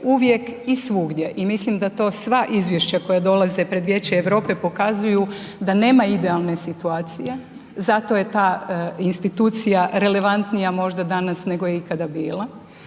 uvijek i svugdje. I mislim da to sva izvješća koja dolaze pred vijeće Europe pokazuju da nema idealne situacije, zato je ta institucija relevantnija možda danas nego je ikada bila,